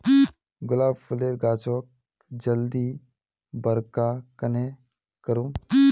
गुलाब फूलेर गाछोक जल्दी बड़का कन्हे करूम?